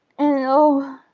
and oh,